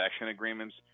agreements